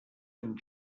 amb